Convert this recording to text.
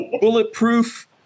bulletproof